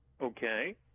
Okay